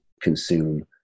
consume